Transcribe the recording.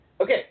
Okay